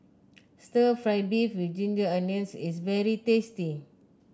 stir fry beef with Ginger Onions is very tasty